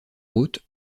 haute